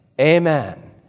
Amen